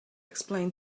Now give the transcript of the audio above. explain